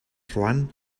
roine